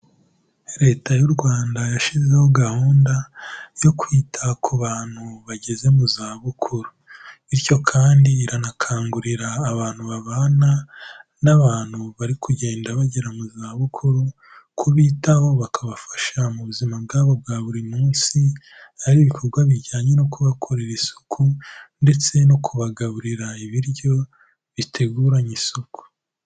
Leta y'u Rwanda yashyizeho gahunda yo kwita ku bantu bageze mu zabukuru bityo kandi iranakangurira abantu babana n'abantu bari kugenda bagera mu zabukuru, kubitaho bakabafasha mu buzima bwabo bwa buri munsi, ari ibikorwa bijyanye no kubakorera isuku ndetse no kubagaburira ibiryo biteguranye isuko.